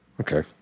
Okay